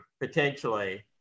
potentially